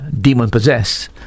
demon-possessed